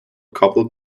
couple